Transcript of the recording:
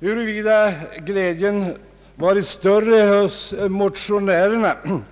Huruvida motionärernas glädje